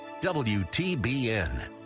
WTBN